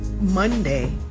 Monday